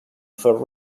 for